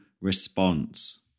response